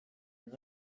n’y